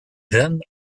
then